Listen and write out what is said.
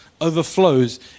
overflows